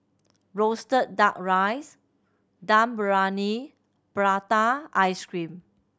roasted Duck Rice Dum Briyani prata ice cream